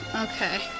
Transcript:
okay